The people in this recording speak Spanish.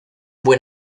buen